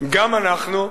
גם אנחנו,